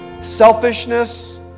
selfishness